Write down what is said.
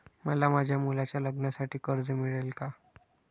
मला माझ्या मुलाच्या लग्नासाठी कर्ज मिळेल का?